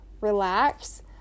relax